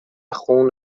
خون